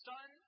Son